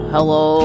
Hello